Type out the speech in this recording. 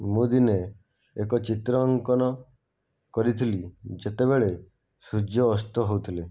ମୁଁ ଦିନେ ଏକ ଚିତ୍ର ଅଙ୍କନ କରିଥିଲି ଯେତେବେଳେ ସୂର୍ଯ୍ୟ ଅସ୍ତ ହେଉଥିଲେ